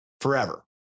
forever